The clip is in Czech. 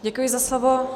Děkuji za slovo.